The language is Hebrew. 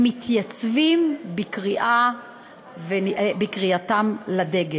הם מתייצבים בקריאתם לדגל.